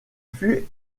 fut